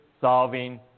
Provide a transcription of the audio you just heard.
solving